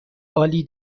عالی